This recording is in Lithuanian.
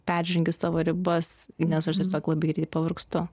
peržengiu savo ribas nes aš tiesiog labai greit pavargstu